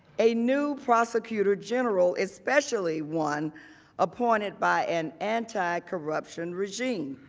a new prosecutor general, especially one appointed by an anticorruption regime.